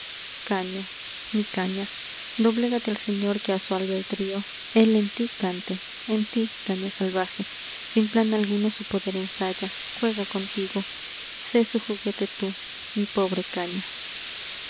caña mi caña doblégate al señor que a su albedrío él en tí cante en tí caña salvaje sin plan alguno su poder ensaya juega contigo sé su juguete tú mi pobre caña